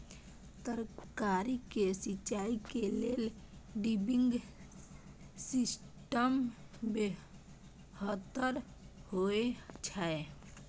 तरकारी के सिंचाई के लेल ड्रिपिंग सिस्टम बेहतर होए छै?